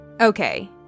Okay